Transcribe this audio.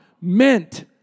meant